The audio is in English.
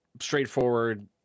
straightforward